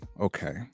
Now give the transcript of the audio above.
Okay